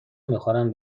میخورم